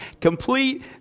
complete